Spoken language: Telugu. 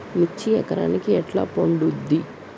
మిర్చి ఎకరానికి ఎట్లా పండుద్ధి?